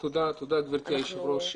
תודה, גברתי היושבת ראש.